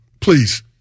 Please